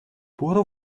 برو